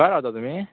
खंय रावता तुमी